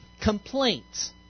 complaints